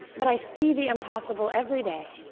but i see the impossible every day.